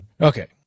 Okay